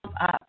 up